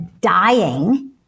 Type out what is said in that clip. dying